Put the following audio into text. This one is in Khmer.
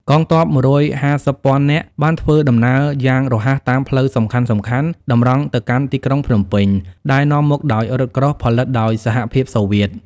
កងទ័ព ១៥០ពាន់នាក់បានធ្វើដំណើរយ៉ាងរហ័សតាមផ្លូវសំខាន់ៗតម្រង់ទៅកាន់ទីក្រុងភ្នំពេញ ដែលនាំមុខដោយរថក្រោះផលិតដោយសហភាពសូវៀត ។